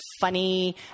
funny